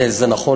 נכון,